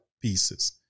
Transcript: pieces